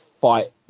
fight